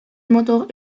motor